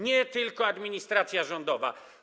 Nie tylko administracja rządowa.